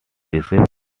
reserves